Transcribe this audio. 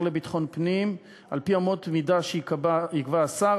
לביטחון פנים על-פי אמות מידה שיקבע השר,